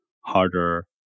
harder